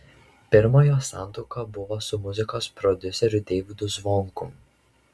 pirma jos santuoka buvo su muzikos prodiuseriu deivydu zvonkum